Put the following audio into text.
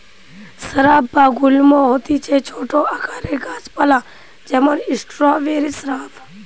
shrub বা গুল্ম হতিছে ছোট আকারের গাছ পালা যেমন স্ট্রওবেরি শ্রাব